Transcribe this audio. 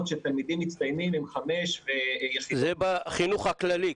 שתלמידים מצטיינים עם חמש יחידות --- גם בחינוך הכללי,